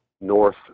north